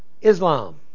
Islam